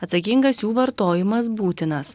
atsakingas jų vartojimas būtinas